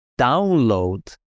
download